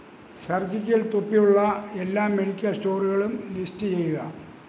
surgical തൊപ്പി ഉള്ള എല്ലാ മെഡിക്കൽ സ്റ്റോറുകളും ലിസ്റ്റ് ചെയ്യുക